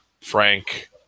Frank